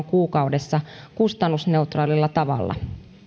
kuukaudessa kustannusneutraalilla tavalla